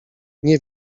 nie